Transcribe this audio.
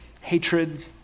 hatred